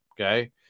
okay